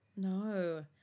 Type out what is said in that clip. No